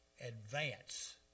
advance